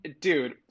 dude